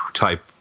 Type